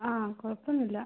ആ കുഴപ്പമൊന്നുമില്ല